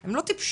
הם לא טיפשים.